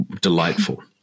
delightful